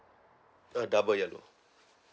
uh double yellow